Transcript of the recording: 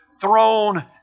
throne